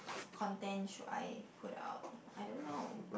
content should I put out I don't know